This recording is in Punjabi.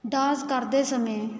ਡਾਂਸ ਕਰਦੇ ਸਮੇਂ